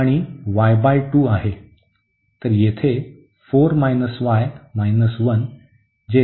तर येथे 4 y 1 जे 0 ते 3 असेल